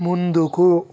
ముందుకు